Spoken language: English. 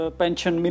pension